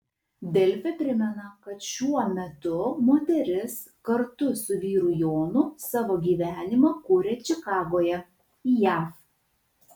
delfi primena kad šiuo metu moteris kartu su vyru jonu savo gyvenimą kuria čikagoje jav